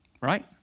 Right